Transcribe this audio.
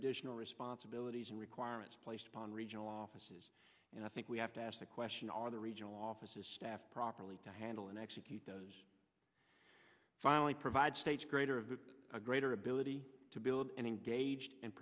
additional responsibilities and requirements placed upon regional offices and i think we have to ask the question are the regional offices staffed properly to handle and execute does finally provide states greater of a greater ability to build an engaged and